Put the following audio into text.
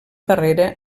darrera